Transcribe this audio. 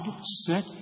set